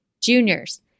Junior's